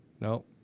No